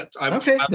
Okay